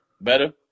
Better